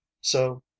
So